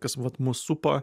kas vat mus supa